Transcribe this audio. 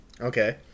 Okay